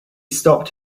stopped